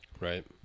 Right